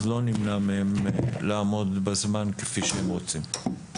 לכן לא נמנע מהם לעמוד בזמן כפי שהם רוצים.